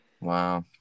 Wow